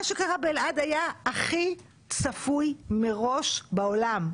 מה שקרה באלעד היה הכי צפוי מראש בעולם.